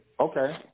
Okay